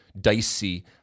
Dicey